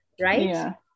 right